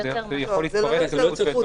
זה יכול להתפרש כזכות וטו.